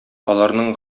аларның